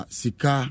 sika